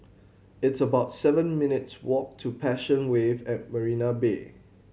it's about seven minutes walk to Passion Wave at Marina Bay